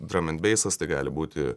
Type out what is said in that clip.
dramenbeisas tai gali būti